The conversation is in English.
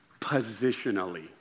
Positionally